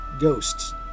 Ghosts